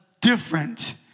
different